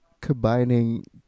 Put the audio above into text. combining